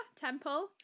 Temple